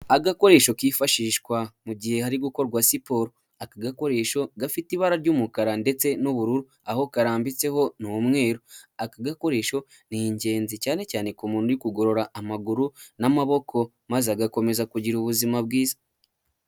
Agakoresho kifashishwa mu gihe hari gukorwa siporo, aka gakoresho gafite ibara ry'umukara ndetse n'ubururu aho karambitse ni umweru, aka gakoresho ni ingenzi cyane cyane ku muntu uri kugorora amaguru n'amaboko maze agakomeza kugira ubuzima bwiza.